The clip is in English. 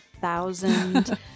thousand